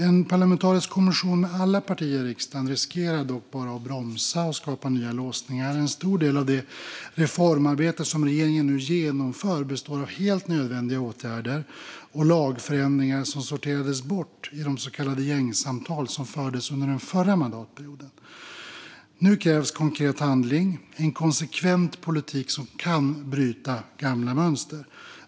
En parlamentarisk kommission med alla partier i riksdagen riskerar dock bara att bromsa och skapa nya låsningar. En stor del av det reformarbete som regeringen nu genomför består av helt nödvändiga åtgärder och lagförändringar som sorterades bort i de så kallade gängsamtal som fördes under den förra mandatperioden. Nu krävs konkret handling och en konsekvent politik som kan bryta gamla mönster.